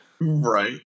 Right